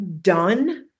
done